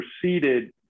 proceeded